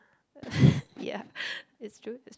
ya it's true it's